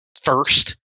first